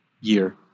year